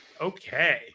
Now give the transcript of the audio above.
Okay